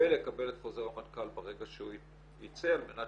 ולקבל את חוזר המנכ"ל ברגע שהוא ייצא על מנת